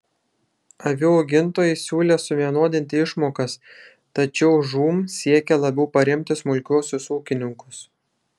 avių augintojai siūlė suvienodinti išmokas tačiau žūm siekė labiau paremti smulkiuosius ūkininkus